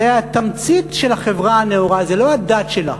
זה התמצית של החברה הנאורה, זה לא הדת שלה.